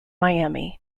miami